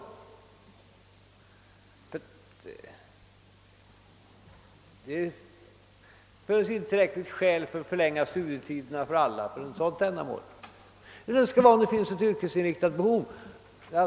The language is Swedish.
Det finns inte tillräckliga skäl att förlänga studietiderna för alla för ett sådant ändamål. Om det föreligger ett yrkesinriktat behov kan det vara en annan sak.